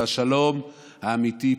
השלום האמיתי פה,